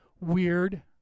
Weird